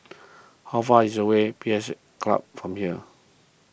how far is away P S Club from here